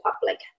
public